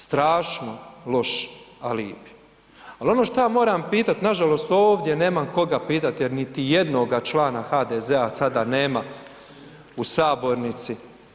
Strašno loše, ali ono što ja moram pita nažalost, ovdje nemam koga pitati jer niti jednoga člana HDZ-a sada nema u sabornici.